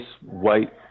white